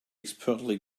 expertly